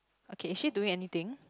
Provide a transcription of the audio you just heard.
okay is she doing anything